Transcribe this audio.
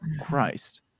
Christ